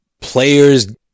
players